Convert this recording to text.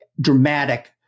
dramatic